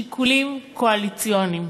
שיקולים קואליציוניים.